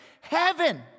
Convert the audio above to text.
heaven